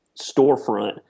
storefront